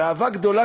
באהבה גדולה,